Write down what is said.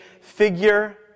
figure